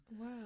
Wow